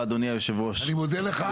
אני מודה לך.